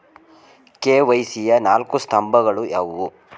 KYC ಯ ನಾಲ್ಕು ಸ್ತಂಭಗಳು ಯಾವುವು?